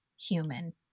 human